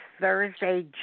Thursday